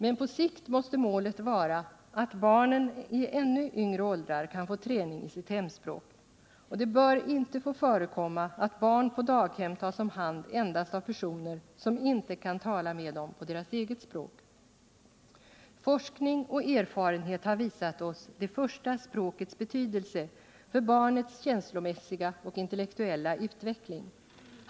Men på sikt måste målet vara att även barn i ännu yngre åldrar kan få träning i sitt hemspråk. Det bör inte få förekomma att barn på daghem tas om hand endast av personer som inte kan tala med dem på deras eget språk. Forskning och erfarenhet har visat oss det första språkets betydelse för barnets känslomässiga och intellektuella utveckling.